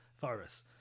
virus